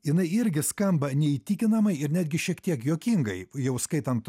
jinai irgi skamba neįtikinamai ir netgi šiek tiek juokingai jau skaitant